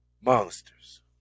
monsters